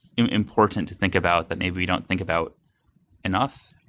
important to think about that maybe you don't think about enough.